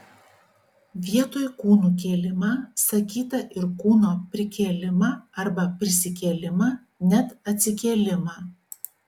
vietoj kūnų kėlimą sakyta ir kūno prikėlimą arba prisikėlimą net atsikėlimą